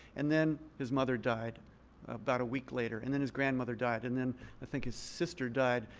and then his mother died about a week later. and then his grandmother died. and then i think his sister died.